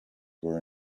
were